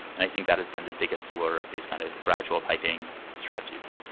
and i think that has been the biggest allure of these kind of gradual typing strategies.